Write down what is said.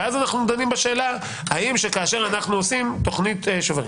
ואז אנחנו דנים בשאלה האם כאשר אנחנו עושים תכנית שוברים.